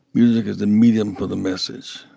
music is the medium for the message.